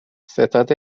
ستاد